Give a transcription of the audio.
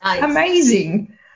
amazing